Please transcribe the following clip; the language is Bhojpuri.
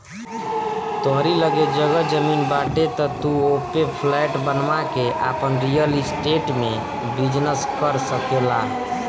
तोहरी लगे जगह जमीन बाटे तअ तू ओपे फ्लैट बनवा के आपन रियल स्टेट में बिजनेस कर सकेला